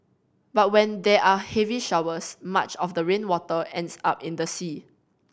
but when there are heavy showers much of the rainwater ends up in the sea